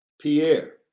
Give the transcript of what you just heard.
Pierre